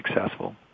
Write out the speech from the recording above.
successful